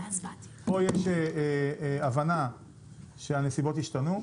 פה יש הבנה שהנסיבות השתנו.